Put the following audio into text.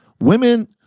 Women